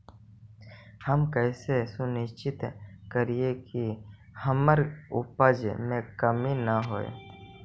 हम कैसे सुनिश्चित करिअई कि हमर उपज में नमी न होय?